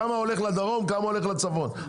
כמה הולך לדרום וכמה הולך לצפון.